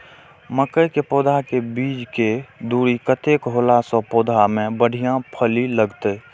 मके के पौधा के बीच के दूरी कतेक होला से पौधा में बढ़िया फली लगते?